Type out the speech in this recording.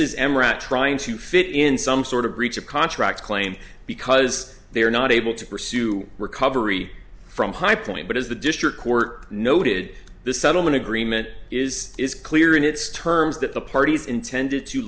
emira trying to fit in some sort of breach of contract claim because they are not able to pursue recovery from highpoint but as the district court noted the settlement agreement is is clear in its terms that the parties intended to